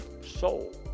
soul